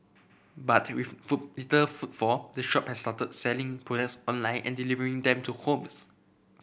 but with foot little footfall the shop has started selling products online and delivering them to homes